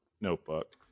notebook